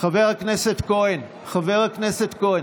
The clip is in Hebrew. חבר הכנסת כהן, חבר הכנסת כהן,